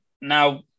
Now